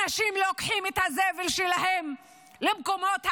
אנשים לוקחים את הזבל שלהם למקומות העבודה,